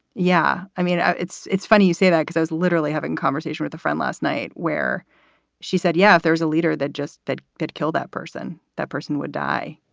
yeah. i mean, it's it's funny you say that because i was literally having a conversation with a friend last night where she said, yeah, there's a leader that just that could kill that person. that person would die.